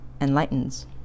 enlightens